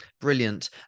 Brilliant